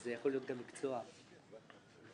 וזה יכול להיות גם מקצוע והעברת ביקורות,